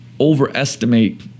overestimate